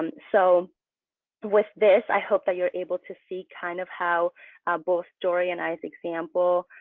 um so with this, i hope that you're able to see kind of how both story and i's example